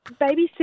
babysit